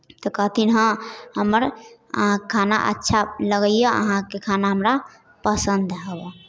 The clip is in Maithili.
तऽ कहथिन हँ हमर खाना अच्छा लगैए अहाँके खाना हमरा पसन्द हबऽ